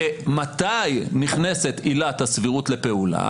מתי נכנסת עילת הסבירות לפעולה?